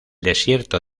desierto